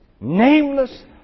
nameless